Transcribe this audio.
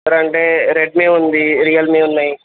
అంటే రెడ్మీ ఉంది రియల్మీ ఉన్నాయి